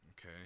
Okay